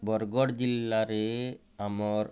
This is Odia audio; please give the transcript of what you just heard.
ବରଗଡ଼ ଜିଲ୍ଲାରେ ଆମର୍